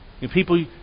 People